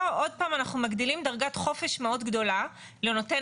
פה עוד פעם אנחנו מגדילים דרגת חופש מאוד גדולה לנותן